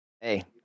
Hey